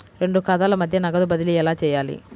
రెండు ఖాతాల మధ్య నగదు బదిలీ ఎలా చేయాలి?